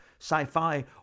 sci-fi